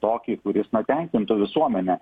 tokį kuris na tekintų visuomenę